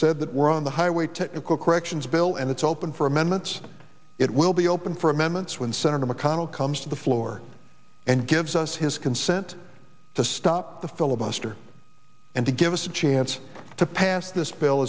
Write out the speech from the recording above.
said that we're on the highway technical corrections bill and it's open for amendments it will be open for amendments when senator mcconnell comes to the floor and gives us his consent to stop the filibuster and to give us a chance to pass this bill